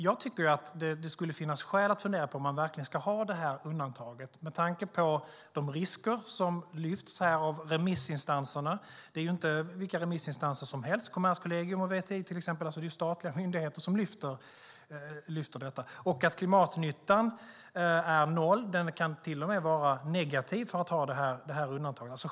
Jag tycker att det finns skäl att fundera över om man verkligen ska ha detta undantag, med tanke på de risker som lyfts fram av remissinstanserna. Det handlar ju inte om vilka remissinstanser som helst. Kommerskollegium och VTI, till exempel, är statliga myndigheter som lyfter fram detta. Klimatnyttan är noll och kan till och med vara negativ om man har detta undantag.